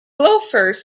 loafers